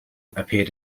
appeared